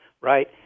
right